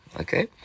okay